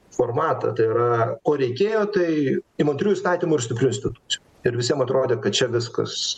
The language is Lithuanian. formatą tai yra ko reikėjo tai imantrių įstatymų ir stiprių institucijų ir visiem atrodė kad čia viskas